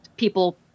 People